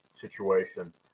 situation